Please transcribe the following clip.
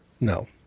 No